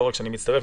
לא רק שאני מצטרף.